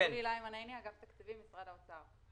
אני מאגף התקציבים במשרד האוצר.